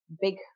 big